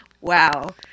Wow